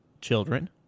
children